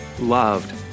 loved